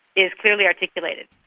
is clearly articulated.